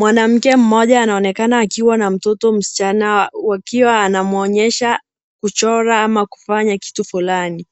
Mwanamke mmoja anaonekana akiwa na mtoto msichana akiwa anamuonyesha kuchora ama kufanya kitu fulani.